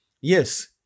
Yes